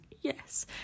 yes